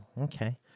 Okay